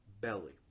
belly